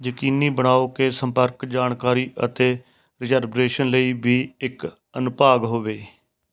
ਯਕੀਨੀ ਬਣਾਓ ਕਿ ਸੰਪਰਕ ਜਾਣਕਾਰੀ ਅਤੇ ਰਿਜ਼ਰਬ੍ਰੇਸ਼ਨ ਲਈ ਵੀ ਇੱਕ ਅਨੁਭਾਗ ਹੋਵੇ